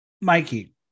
Mikey